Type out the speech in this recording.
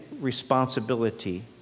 responsibility